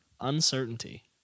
uncertainty